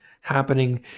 happening